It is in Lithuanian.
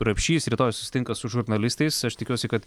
rapšys rytoj susitinka su žurnalistais aš tikiuosi kad